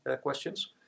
questions